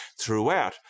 throughout